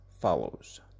follows